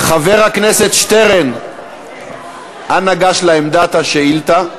חבר הכנסת שטרן, אנא גש לעמדת השאילתה.